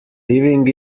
living